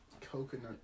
coconut